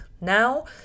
Now